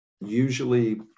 usually